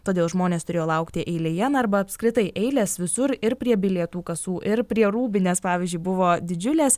todėl žmonės turėjo laukti eilėje na arba apskritai eilės visur ir prie bilietų kasų ir prie rūbinės pavyzdžiui buvo didžiulės